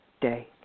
day